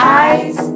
eyes